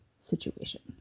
situation